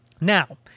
Now